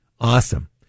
Awesome